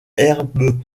herbe